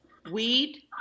weed